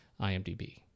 IMDb